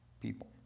people